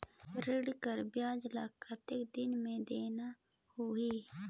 ऋण कर ब्याज ला कतेक दिन मे देना होही?